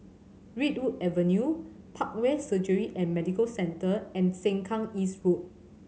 Redwood Avenue Parkway Surgery and Medical Centre and Sengkang East Road